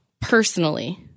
personally